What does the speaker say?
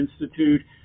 Institute